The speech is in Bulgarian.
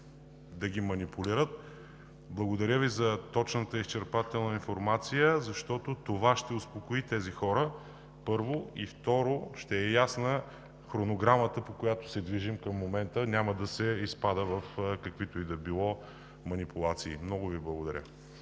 да ги манипулират. Благодаря Ви за точната и изчерпателна информация, защото това ще успокои тези хора, първо. Второ, ще е ясна хронограмата, по която се движим към момента – няма да се изпада в каквито и да било манипулации. Много Ви благодаря.